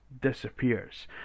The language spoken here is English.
disappears